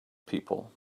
people